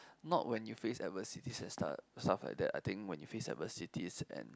not when you face adversities and stuff stuff like that I think when you face adversities and